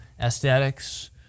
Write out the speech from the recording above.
aesthetics